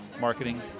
marketing